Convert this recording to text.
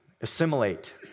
assimilate